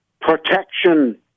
protection